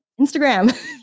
Instagram